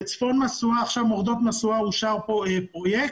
בצפון משואה, עכשיו במורדות משואה אושר פרויקט,